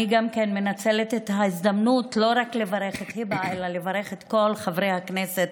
אני מנצלת את ההזדמנות לא רק לברך את היבה אלא לברך גם את כל חברי הכנסת